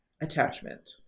attachment